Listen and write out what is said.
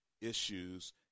issues